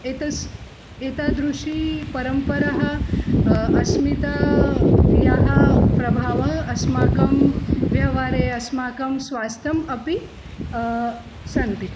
एतस्य एतादृशी परम्परा अस्मितायाः प्रभावः अस्माकं व्यवहारे अस्माकं स्वास्थ्यम् अपि सन्ति